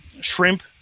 Shrimp